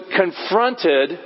confronted